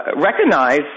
recognize